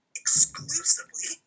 exclusively